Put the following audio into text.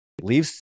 leaves